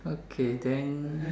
okay then